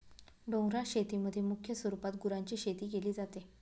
डोंगराळ शेतीमध्ये मुख्य स्वरूपात गुरांची शेती केली जाते